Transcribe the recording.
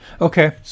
Okay